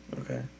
okay